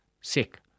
sick